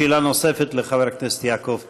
שאלה נוספת לחבר הכנסת יעקב פרי.